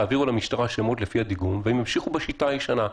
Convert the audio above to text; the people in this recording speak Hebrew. תעבירו למשטרה שמות לפי הדיגום והם ימשיכו בשיטה הישנה.